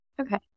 Okay